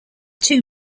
two